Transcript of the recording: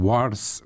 Wars